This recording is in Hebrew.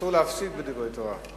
אסור להפסיק בדברי תורה,